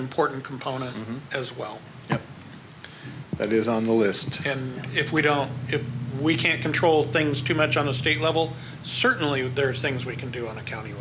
important component as well that is on the list and if we don't if we can't control things too much on the state level certainly there's things we can do in the county